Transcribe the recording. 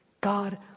God